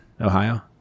Ohio